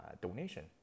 donation